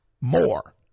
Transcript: more